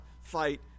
fight